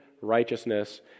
righteousness